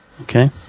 okay